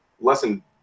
lesson